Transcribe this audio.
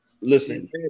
Listen